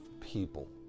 people